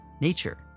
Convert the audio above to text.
nature